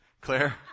Claire